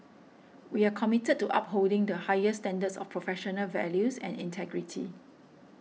we are committed to upholding the highest standards of professional values and integrity